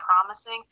promising